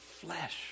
flesh